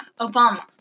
Obama